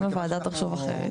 אם הוועדה תחשוב אחרת.